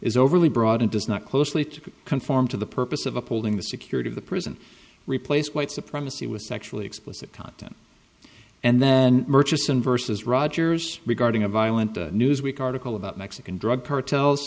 is overly broad and does not closely to conform to the purpose of upholding the security of the prison replaced white supremacy with sexually explicit content and then murchison versus rogers regarding a violent newsweek article about mexican drug cartels